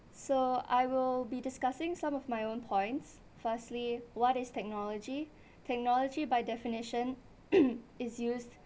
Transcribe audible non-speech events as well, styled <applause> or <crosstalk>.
so I will be discussing some of my own points firstly what is technology technology by definition <coughs> is used